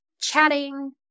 chatting